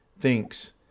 thinks